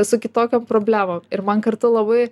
su kitokiom problemom ir man kartu labai